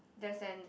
there's an